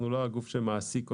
אנחנו לא הגוף שמעסיק אותם.